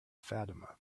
fatima